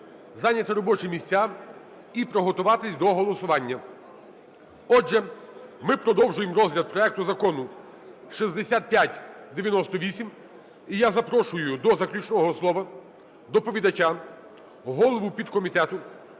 зайняти робочі місця і приготуватися до голосування. Отже, ми продовжуємо розгляд проекту Закону 6598. І я запрошую до заключного слова доповідача, голову підкомітету